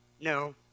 no